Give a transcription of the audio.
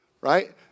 Right